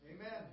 Amen